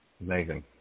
amazing